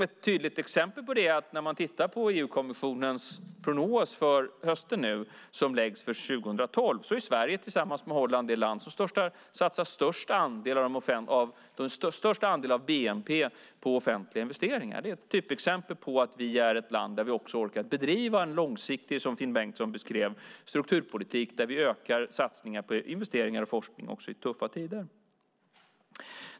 Ett tydligt exempel på det är när man tittar på EU-kommissionens prognos för hösten som nu läggs för 2012 och ser att Sverige, tillsammans med Holland, är det land som satsar störst andel av bnp på offentliga investeringar. Det är ett typexempel på att vi är ett land som orkar bedriva en långsiktig, som Finn Bengtsson beskrev, strukturpolitik där vi ökar satsningar på investeringar och forskning också i tuffa tider.